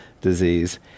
disease